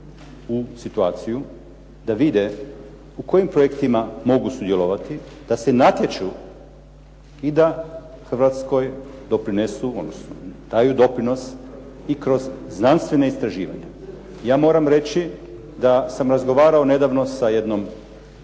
u situaciju da vide u kojim projektima mogu sudjelovati, da se natječu i da Hrvatskoj doprinesu ono za što daju doprinos i kroz znanstvena istraživanja. Ja moram reći da sam razgovarao nedavno sa jednom